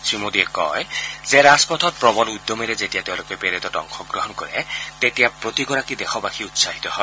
শ্ৰীমোদীয়ে কয় যে ৰাজপথত প্ৰৱল উদ্যমেৰে যেতিয়া তেওঁলোকে পেৰেডত অংশগ্ৰহণ কৰে তেতিয়া প্ৰতিগৰাকী দেশবাসীয়ে উৎসাহিত হয়